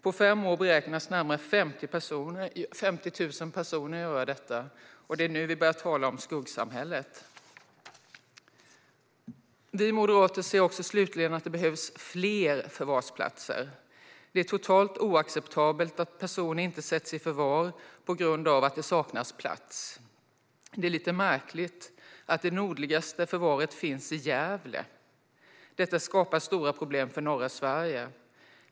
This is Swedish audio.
På fem år beräknas närmare 50 000 personer göra detta. Det är nu vi börjar tala om skuggsamhället. Vi moderater menar också slutligen att det behövs fler förvarsplatser. Det är totalt oacceptabelt att personer inte sätts i förvar på grund av att det saknas plats. Det är lite märkligt att det nordligaste förvaret finns i Gävle. Detta skapar stora problem för norra Sverige.